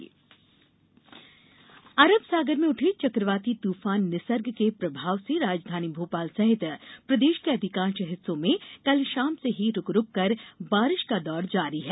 मौसम अरब सागर में उठे चकवाती तूफान निसर्ग के प्रभाव से राजधानी भोपाल सहित प्रदेष के अधिकांष हिस्सों में कल षाम से ही रूक रूक कर बारिष का दौर जारी है